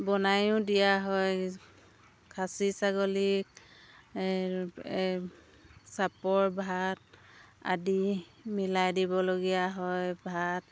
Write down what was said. বনাইও দিয়া হয় খাচী ছাগলীক এই চাপৰ ভাত আদি মিলাই দিবলগীয়া হয় ভাত